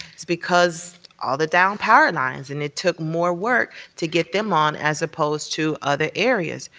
it's because all the downed power lines. and it took more work to get them on as opposed to other areas.